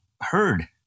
heard